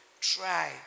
try